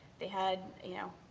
they had, you know,